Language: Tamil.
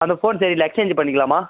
அந்த ஃபோன் சரியில்லை எக்ஸ்சேஞ்சு பண்ணிக்கலாமா